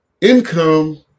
income